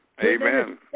Amen